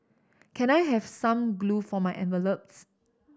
can I have some glue for my envelopes